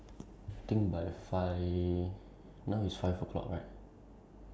I think around there two hour ten I don't know how many minutes ah but two hour something